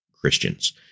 Christians